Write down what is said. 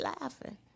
laughing